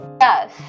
Yes